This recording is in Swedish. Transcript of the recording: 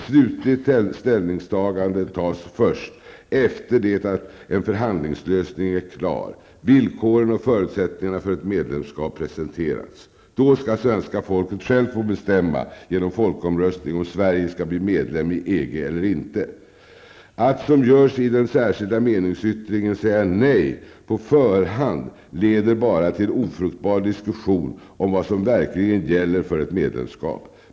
Slutligt ställningstagande görs först efter det att en förhandlingslösning är klar och villkoren och förutsättningarna för ett medlemskap presenterats. Då skall svenska folket självt få bestämma genom folkomröstning om Sverige skall bli medlem i EG eller inte. Att, som görs i den särskilda meningsyttringen, på förhand säga nej leder bara till en ofruktbar diskussion om vad som verkligen gäller för ett medlemskap.